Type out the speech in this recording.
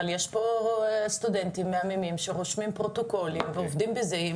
אבל יש פה סטודנטים מהממים שרושמים פרוטוקולים ועובדים בזה.